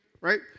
right